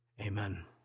Amen